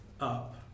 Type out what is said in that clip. up